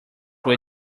way